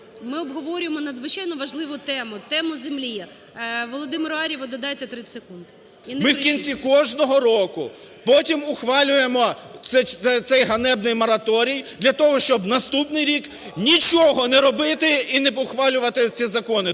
Ми обговорюємо надзвичайно важливу тему – тему землі. Володимиру Ар'єву додайте 30 секунд, і не кричіть. АР'ЄВ В.І. Ми в кінці кожного року потім ухвалюємо цей ганебний мораторій для того, щоб наступний рік нічого не робити і не ухвалювати ці закони.